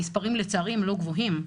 המספרים, לצערי, הם לא גבוהים.